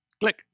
click